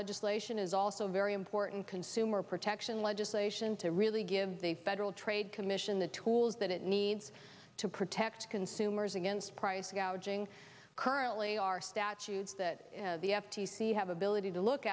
legislation is also very important consumer protection legislation to really give the federal trade commission the tools that it needs to protect consumers against price gouging currently our statues that the f t c have ability to look